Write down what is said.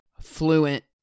fluent